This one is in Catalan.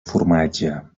formatge